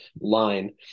line